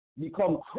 become